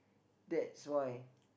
that's why